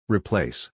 Replace